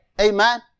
Amen